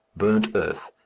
burnt earth,